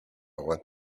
want